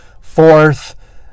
fourth